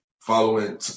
following